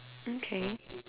okay